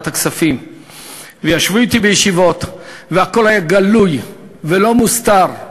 וישבו אתי בישיבות והכול היה גלוי ולא מוסתר.